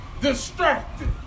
distracted